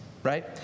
Right